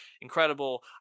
incredible